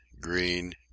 green